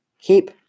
Keep